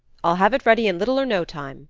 i'll have it ready in little or no time,